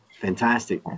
Fantastic